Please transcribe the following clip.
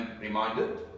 reminded